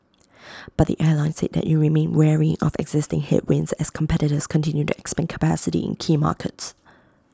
but the airline said that IT remained wary of existing headwinds as competitors continue to expand capacity in key markets